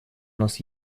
нас